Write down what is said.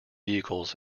vehicles